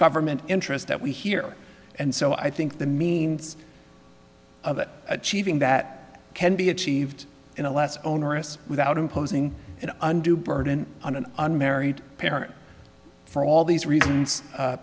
government interest that we hear and so i think the means of achieving that can be achieved in a less onerous without imposing an undue burden on an unmarried parent for all these reasons